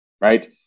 Right